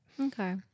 Okay